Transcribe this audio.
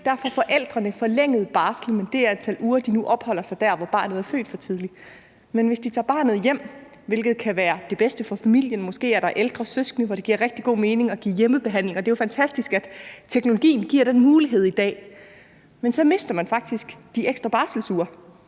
Der får forældrene forlænget barslen med det antal uger, som de nu opholder sig der, hvor barnet er født for tidligt. Men hvis de tager barnet hjem, hvilket kan være det bedste for familien – måske er der ældre søskende, hvor det giver rigtig god mening at give hjemmebehandling, og det er jo fantastisk, at teknologien giver den mulighed i dag – så mister de faktisk de ekstra barselsuger.